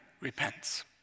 repents